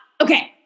okay